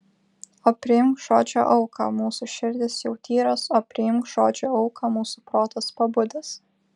o priimk žodžio auką mūsų širdys jau tyros o priimk žodžio auką mūsų protas pabudęs